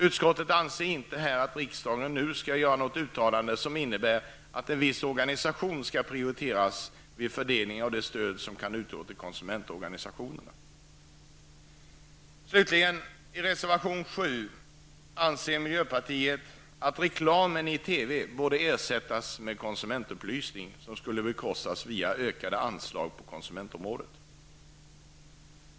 Utskottet anser inte att riksdagen nu skall göra något uttalande som innebär att en viss organisation skall prioriteras vid fördelning av det stöd som kan utgå till konsumentorganistioner. borde ersättas med konsumentupplysning, som skulle bekostas via ökade anslag på konsumentområdet.